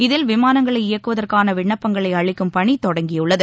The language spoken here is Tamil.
இதில் விமானங்களை இயக்குவதற்கான விண்ணப்பங்களை அளிக்கும் பணி தொடங்கியுள்ளது